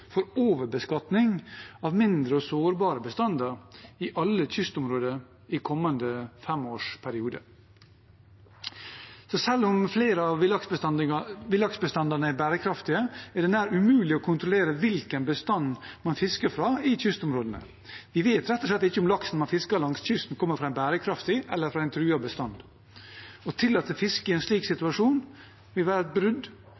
for overbeskatning av mindre og sårbare bestander i alle kystområder i kommende femårsperiode. Selv om flere av villaksbestandene er bærekraftige, er det nær umulig å kontrollere hvilken bestand man fisker fra i kystområdene. Vi vet rett og slett ikke om laksen man fisker langs kysten, kommer fra en bærekraftig eller truet bestand. Å tillate fiske i en slik situasjon vil være et brudd